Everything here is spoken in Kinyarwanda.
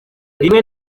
rimwe